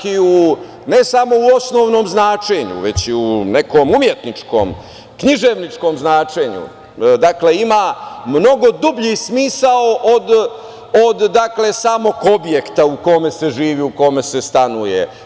Ne samo u osnovnom značenju već i u nekom umetničkom, književničkom značenju, ima mnogo dublji smisao od samog objekta u kome se živi, u kome se stanuje.